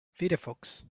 firefox